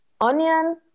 onion